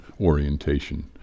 orientation